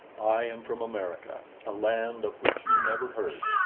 i am from america, a land of which you never heard,